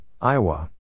Iowa